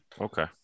Okay